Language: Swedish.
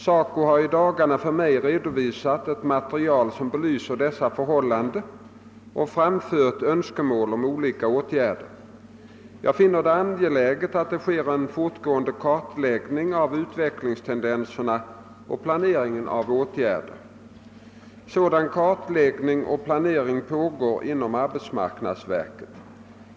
SACO har i dagarna för mig redovisat ett material som belyser dessa förhållanden och framfört önskemål om olika åtgärder. Jag finner det angeläget att det sker en fortgående kartläggning av utvecklingstendenserna och en planering av åtgärder. Sådan kartläggning och planering pågår inom arbetsmarknadsverket.